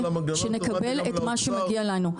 שנקבל את מה שמגיע לנו.